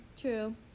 True